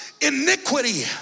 iniquity